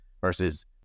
versus